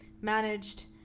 managed